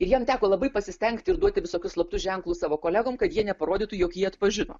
ir jam teko labai pasistengti ir duoti visokius slaptus ženklus savo kolegom kad jie neparodytų jog jį atpažino